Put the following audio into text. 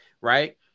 right